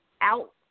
out